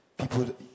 people